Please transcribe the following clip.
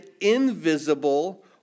invisible